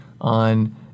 on